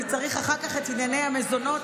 אני צריך אחר כך את ענייני המזונות?